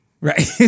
Right